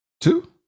Two